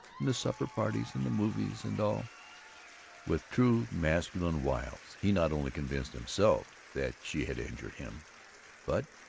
and the supper-parties and the movies and all with true masculine wiles he not only convinced himself that she had injured him but,